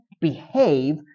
behave